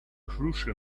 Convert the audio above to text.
crucial